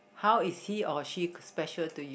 how is he or she special to you